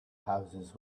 houses